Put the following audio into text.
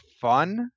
fun